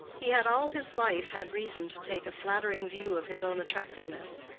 he had all his life had reason to take a flattering view of his own attractiveness,